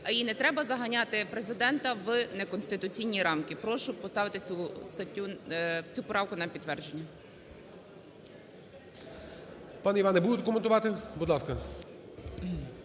І не треба заганяти Президента в неконституційні рамки. Прошу поставити цю правку на підтвердження. ГОЛОВУЮЧИЙ. Пане Іване, будете коментувати? Будь ласка.